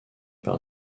par